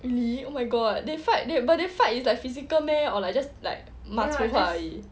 really oh my god they fight but they fight it's like physical meh or like just like 骂粗话而已